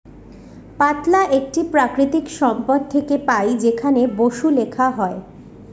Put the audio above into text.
পাতলা একটি প্রাকৃতিক সম্পদ থেকে পাই যেখানে বসু লেখা হয়